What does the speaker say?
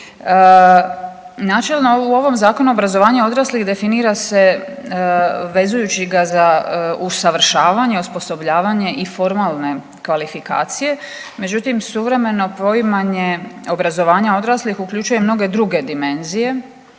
Načelno u ovom Zakonu o obrazovanju odraslih definira se vezujući ga za usavršavanje, osposobljavanje i formalne kvalifikacije, međutim suvremeno poimanje obrazovanja odraslih uključuje i mnoge druge dimenzije